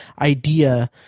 idea